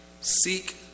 seek